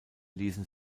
ließen